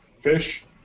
Fish